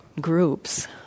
groups